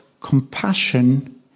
compassion